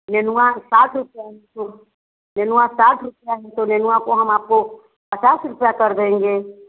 नेनुआ साठ रुपया है तो नेनुआ साठ रुपया है तो नेनुआ को हम आपको पचास रुपया कर देंगे